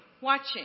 watching